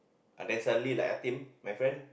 ah then suddenly like Atim my friend